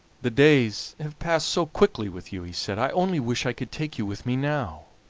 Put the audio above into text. the days have passed so quickly with you, he said, i only wish i could take you with me now.